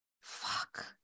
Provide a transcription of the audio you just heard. Fuck